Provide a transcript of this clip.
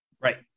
Right